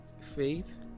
faith